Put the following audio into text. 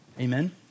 Amen